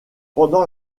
pendant